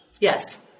Yes